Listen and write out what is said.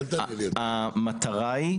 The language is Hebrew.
המטרה היא,